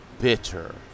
bitter